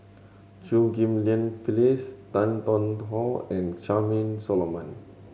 Chew Ghim Lian Phyllis Tan Tarn How and Charmaine Solomon